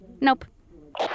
Nope